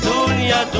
Dunya